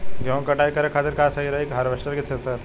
गेहूँ के कटाई करे खातिर का सही रही हार्वेस्टर की थ्रेशर?